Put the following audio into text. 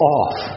off